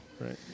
right